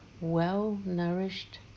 well-nourished